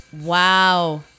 Wow